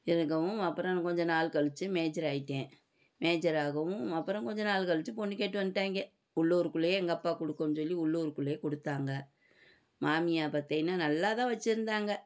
இருக்கவும் அப்புறம் கொஞ்சம் நாள் கழிச்சி மேஜர் ஆகிட்டேன் மேஜர் ஆகவும் அப்புறம் கொஞ்சம் நாள் கழிச்சி பொண்ணுக் கேட்டு வந்ட்டாங்க உள்ளூர்க்குள்ளேயே எங்கள் அப்பா கொடுக்கணும்ன்னு சொல்லி உள்ளூர்க்குள்ளேயே கொடுத்தாங்க மாமியார் பார்த்தீங்கன்னா நல்லா தான் வச்சுருந்தாங்க